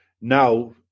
now